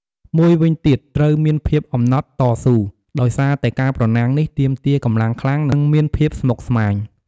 មួយវិញទៀតត្រូវមានភាពអំណត់តស៊ូ ដោយសារតែការប្រណាំងនេះទាមទារកម្លាំងខ្លាំង និងមានភាពស្មុគស្មាញ។